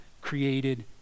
created